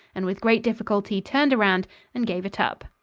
and with great difficulty turned around and gave it up.